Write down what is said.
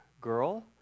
girl